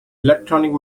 electronics